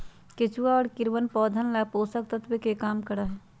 केचुआ और कीड़वन पौधवन ला पोषक तत्व के काम करा हई